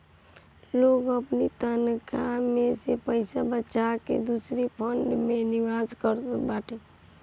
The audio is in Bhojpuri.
लोग अपनी तनखा में से पईसा बचाई के दूसरी फंड में निवेश करत बाटे